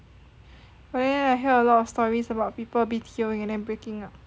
but then I hear a lot of stories about people B_T_O ing and then breaking up